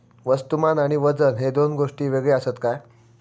वस्तुमान आणि वजन हे दोन गोष्टी वेगळे आसत काय?